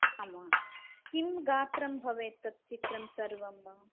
आम् वा किं गात्रं भवेत् तत् चित्रं सर्वम्